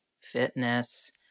fitness